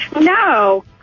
No